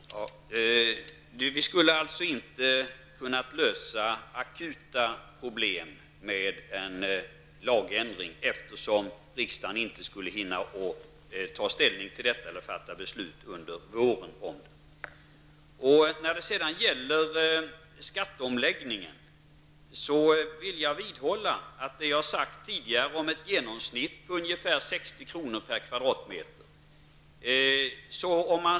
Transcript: Herr talman! Vi skulle alltså inte ha kunnat lösa akuta problem med en lagändring, eftersom riksdagen inte skulle ha hunnit fatta beslut under våren. När det gäller skatteomläggningen vidhåller jag vad jag tidigare sagt om ett genomsnitt på ca 60 kr./m2.